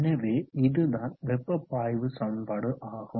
எனவே இதுதான் வெப்ப பாய்வு சமன்பாடு ஆகும்